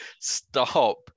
stop